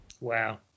Wow